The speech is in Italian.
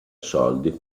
soldi